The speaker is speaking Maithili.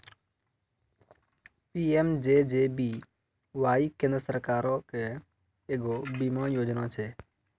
पी.एम.जे.जे.बी.वाई केन्द्र सरकारो के एगो बीमा योजना छै